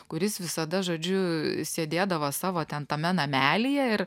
kuris visada žodžiu sėdėdavo savo ten tame namelyje ir